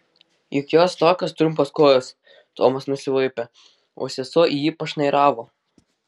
juk jos tokios trumpos kojos tomas nusivaipė o sesuo į jį pašnairavo